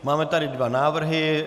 Máme tady dva návrhy.